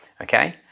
okay